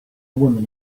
woman